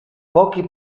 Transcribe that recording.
pochi